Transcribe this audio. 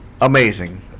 Amazing